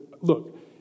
look